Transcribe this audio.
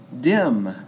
dim